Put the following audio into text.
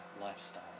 lifestyle